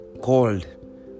called